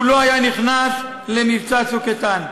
הוא לא היה נכנס למבצע "צוק איתן".